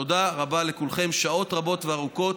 תודה רבה לכולכם על שעות רבות וארוכות.